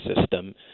system